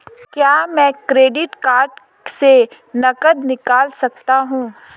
क्या मैं credit card से नकद निकाल सकता हूँ?